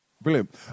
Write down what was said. Brilliant